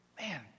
man